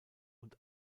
und